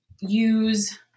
use